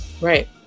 Right